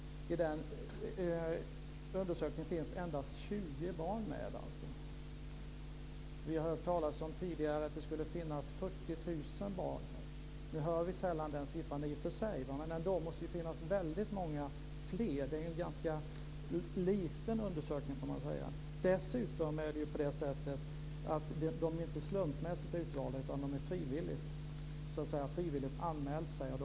I undersökningen finns endast 20 barn med. Vi har tidigare hört talas om att det skulle finnas 40 000 barn. I och för sig hör vi sällan den siffran, men det måste ändå finnas många fler än så här. Det är en ganska liten undersökning, får man väl säga. Dessutom är dessa barn inte slumpmässigt utvalda, utan de har frivilligt anmält sig.